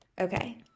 Okay